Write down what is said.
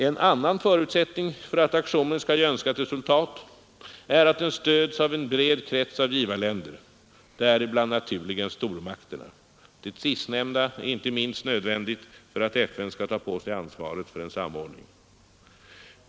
En annan förutsättning för att aktionen skall ge önskat resultat är att den stöds av en bred krets av givarländer, däribland naturligen stormakterna. Det sistnämnda är inte minst nödvändigt för att FN skall ta på sig ansvaret för en samordning.